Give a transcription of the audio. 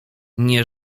nie